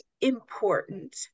important